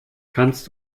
kannst